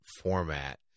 format